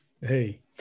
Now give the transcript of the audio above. hey